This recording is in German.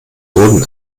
wurden